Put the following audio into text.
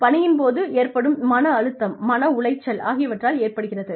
பணியின் போது ஏற்படும் மன அழுத்தம் மன உளைச்சல் ஆகியவற்றால் ஏற்படுகிறது